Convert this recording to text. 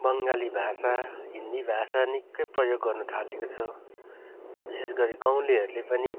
बङ्गाली भाषा हिन्दी भाषा निक्कै प्रयोग गर्नु थालेको छ विशेषगरी गाउँलेहरूले पनि